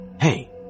hey